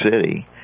City